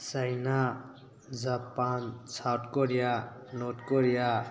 China Japan south Korea North Korea